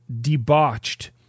debauched